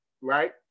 right